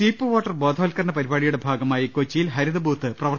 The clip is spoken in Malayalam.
സ്വീപ്പ് വോട്ടർ ബോധവൽക്കരണ പരിപാടിയുടെ ഭാഗമായി കൊച്ചിയിൽ ഹരിതബൂത്ത് പ്രവർത്തനമാരംഭിച്ചു